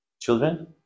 Children